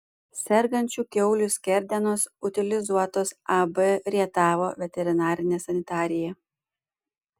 sergančių kiaulių skerdenos utilizuotos ab rietavo veterinarinė sanitarija